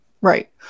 Right